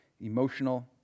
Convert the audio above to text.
emotional